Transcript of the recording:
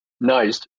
nice